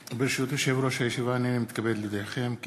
בעד, 30, אין מתנגדים, אין נמנעים.